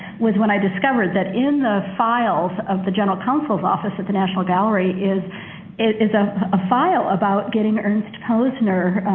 was when i discovered that in the files of the general counsel's office at the national gallery is a ah ah file about getting ernst posner